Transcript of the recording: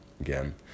again